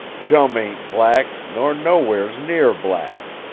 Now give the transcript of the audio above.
chum ain't black, nor nowheres near black.